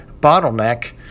bottleneck